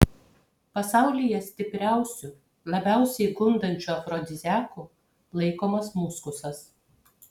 pasaulyje stipriausiu labiausiai gundančiu afrodiziaku laikomas muskusas